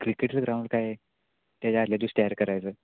क्रिकेटचं ग्राउंड काय त्याच्या आधल्या दिवशी तयार करायचं